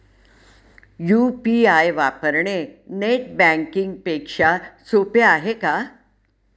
UPI वापरणे net banking पेक्षा सोपे आहे का?